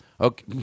Okay